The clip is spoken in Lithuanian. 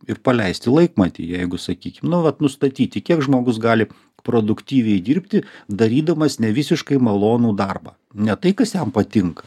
ir paleisti laikmatį jeigu sakykim nu va nustatyti kiek žmogus gali produktyviai dirbti darydamas ne visiškai malonų darbą ne tai kas jam patinka